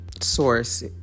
source